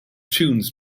tunes